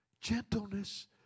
gentleness